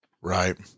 Right